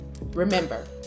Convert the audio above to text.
Remember